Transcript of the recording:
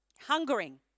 hungering